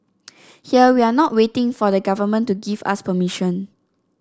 here we are not waiting for the Government to give us permission